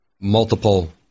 multiple